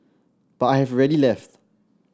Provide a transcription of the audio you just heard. but I have rarely left